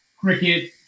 cricket